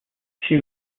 she